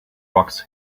rocks